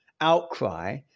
outcry